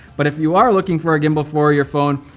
but if you are looking for a gimbal for your phone,